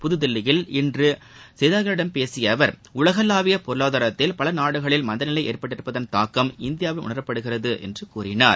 புதுதில்லியில் இன்று செய்தியாளர்களிடம் பேசிய அவர் உலகளாவிய பொருளாதாரத்தில் பல நாடுகளில் மந்த நிலை ஏற்பட்டிருப்பதன் தாக்கம் இந்தியாவிலும் உணரப்படுகிறது என்று கூறினார்